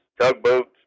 tugboats